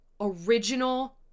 original